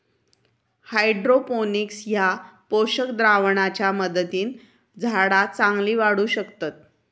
hydroponics ह्या पोषक द्रावणाच्या मदतीन झाडा चांगली वाढू शकतत